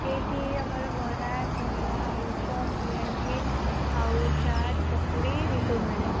ଏଇଠି ଆମର ବରା ସିଙ୍ଗିଡ଼ା ଆଳୁଚପ ପିଆଜି ଆଉ ଚାଟ୍ ପକୁଡ଼ି ଏଇ ସବୁ ମିଳେ